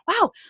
wow